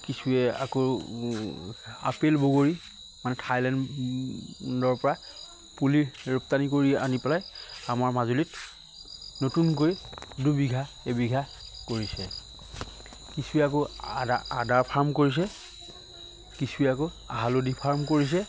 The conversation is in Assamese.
কিছুৱে আকৌ আপেল বগৰী মানে থাইলেণ্ডৰ পৰা পুলি ৰপ্তানি কৰি আনি পেলাই আমাৰ মাজুলীত নতুনকৈ দুবিঘা এবিঘা কৰিছে কিছুৱে আকৌ আদা আদা ফাৰ্ম কৰিছে কিছুৱে আকৌ হালধী ফাৰ্ম কৰিছে